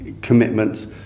commitments